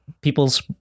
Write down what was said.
people's